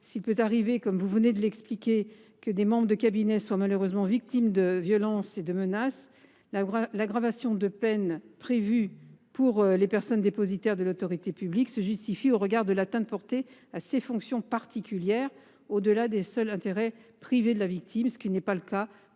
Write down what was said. arriver, comme vous venez de l’expliquer, que des membres de cabinet soient victimes de violences et de menaces, l’aggravation de peine prévue pour les personnes dépositaires de l’autorité publique se justifie au regard de l’atteinte portée à ces fonctions particulières, au delà des seuls intérêts privés de la victime, ce qui n’est pas le cas